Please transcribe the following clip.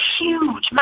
huge